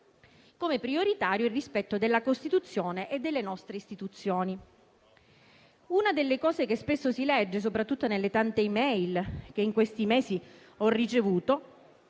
come prioritario è il rispetto della Costituzione e delle nostre istituzioni. Una delle cose che spesso si legge, soprattutto nelle tante *e-mail* che in questi mesi ho ricevuto,